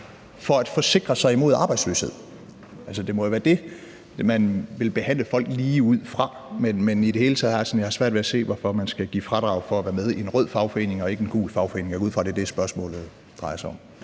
for at forsikre sig imod arbejdsløshed – altså, det må være det, man vil behandle folk lige ud fra. Men i det hele taget har jeg svært ved at se, hvorfor man skal give fradrag for at være med i en rød fagforening og ikke en gul fagforening – jeg går ud fra, det er det, spørgsmålet drejer sig om.